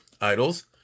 idols